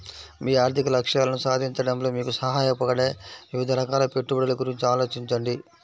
మీ ఆర్థిక లక్ష్యాలను సాధించడంలో మీకు సహాయపడే వివిధ రకాల పెట్టుబడుల గురించి ఆలోచించండి